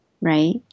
right